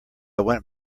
went